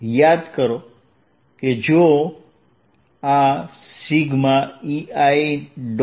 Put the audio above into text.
યાદ કરો કે જો આ iEi